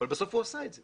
אבל בסוף הוא עשה את זה.